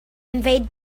invade